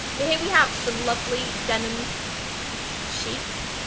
but here we have some lovely denim sheets.